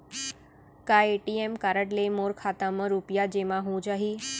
का ATM card ले मोर खाता म रुपिया जेमा हो जाही?